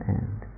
end